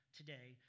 today